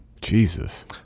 Jesus